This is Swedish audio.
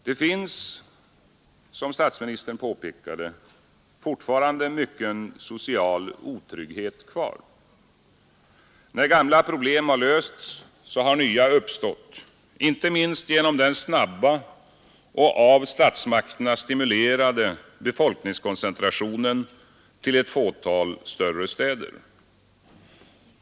Det finns, som statsministern påpekade, fortfarande mycken social otrygghet kvar. När gamla problem lösts har nya uppstått, inte minst genom den snabba och av statsmakterna stimulerade befolkningskoncentrationen till ett fåtal större städer.